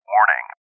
Warning